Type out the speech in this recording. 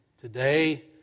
Today